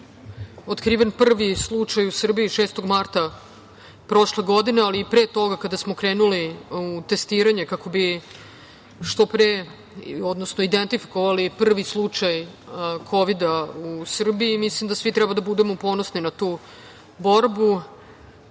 otkriven prvi slučaj u Srbiji 6. marta prošle godine, ali i pre toga, kada smo krenuli u testiranje kako bi što pre, odnosno, identifikovali prvi slučaj Kovida u Srbiji. Mislim da svi treba da budemo ponosni na tu borbu. Danas